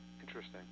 Interesting